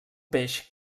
peix